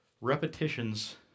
repetitions